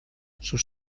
sus